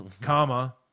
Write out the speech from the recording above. comma